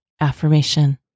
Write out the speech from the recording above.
Affirmation